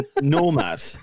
Nomad